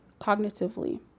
cognitively